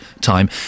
time